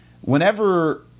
whenever